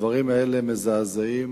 הדברים האלה מזעזעים,